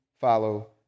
follow